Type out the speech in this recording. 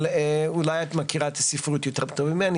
אבל אולי מכירה את הספרות יותר טוב ממני